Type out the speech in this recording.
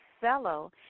Fellow